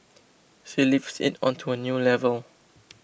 she lifts it onto a new level